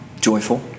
Joyful